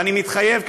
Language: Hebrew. ואני מתחייב,